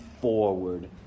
forward